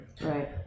Right